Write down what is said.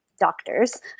doctors